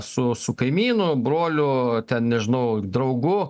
su su kaimynu broliu ten nežinau draugu